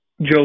Joe